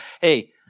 hey